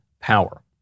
power